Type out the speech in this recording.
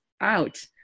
out